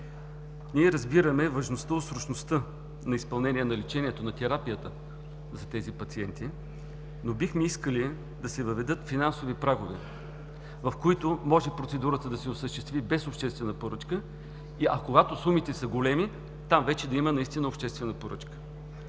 Ние разбираме важността от срочността на изпълнение на лечението, на терапията за тези пациенти, но бихме искали да се въведат финансови прагове, в които може процедурата да се осъществи без обществена поръчка, а когато сумите са големи, там вече наистина да има обществена поръчка.